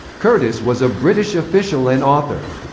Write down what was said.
curtis was a british official and author.